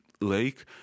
lake